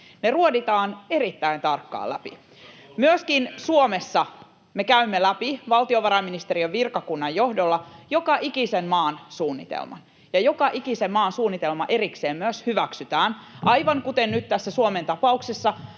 Ne ruoditaan erittäin tarkkaan läpi. Myöskin Suomessa me käymme läpi valtiovarainministeriön virkakunnan johdolla joka ikisen maan suunnitelman. Ja joka ikisen maan suunnitelma erikseen myös hyväksytään. Aivan kuten nyt tässä Suomen tapauksessa,